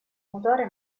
motore